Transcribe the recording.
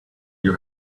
you